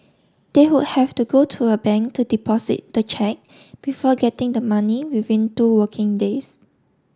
they would have to go to a bank to deposit the cheque before getting the money within two working days